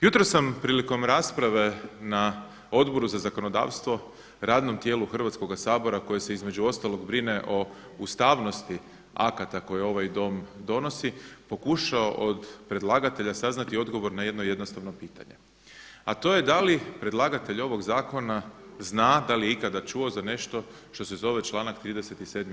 Jutros sam prilikom rasprave na Odboru za zakonodavstvo radnom tijelu Hrvatskoga sabora koje se između ostalog brine o ustavnosti akata koje ovaj Dom donosi pokušao od predlagatelja saznati odgovor na jedno jednostavno pitanje, a to je da li predlagatelj ovog zakona zna, da li je ikada čuo za nešto što se zove članak 37.